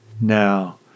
now